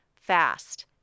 FAST